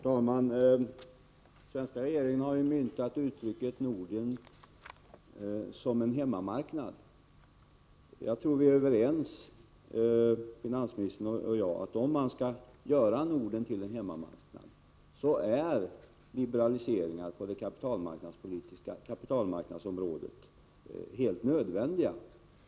Herr talman! Den svenska regeringen har ju myntat uttrycket Norden som en hemmamarknad. Jag tror att finansministern och jag är överens om att om man skall göra Norden till en hemmamarknad är liberaliseringar på kapitalmarknadsområdet helt nödvändiga.